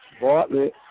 Bartlett